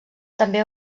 també